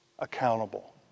accountable